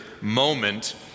moment